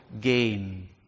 gain